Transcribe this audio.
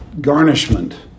garnishment